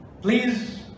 Please